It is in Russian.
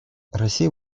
россия